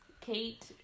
Kate